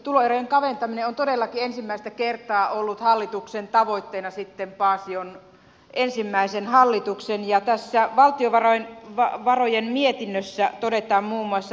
tuloerojen kaventaminen on todellakin ensimmäistä kertaa ollut hallituksen tavoitteena sitten paasion ensimmäisen hallituksen ja tässä valtiovarojen mietinnössä todetaan muun muassa